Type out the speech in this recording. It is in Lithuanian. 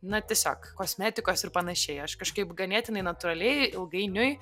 na tiesiog kosmetikos ir panašiai aš kažkaip ganėtinai natūraliai ilgainiui